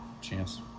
Chance